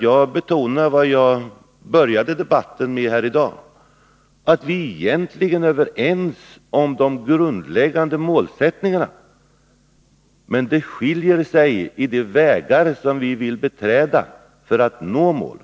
Jag betonar det jag började med i den här debatten i dag, att vi egentligen är överens om de grundläggande målsättningarna, men det skiljer sig i fråga om de vägar som vi vill beträda för att nå målen.